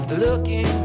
looking